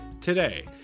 today